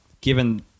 given